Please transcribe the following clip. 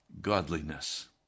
Godliness